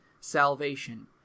salvation